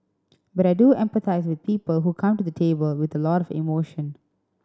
but I do empathise with people who come to the table with a lot of emotion